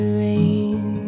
rain